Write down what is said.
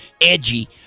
edgy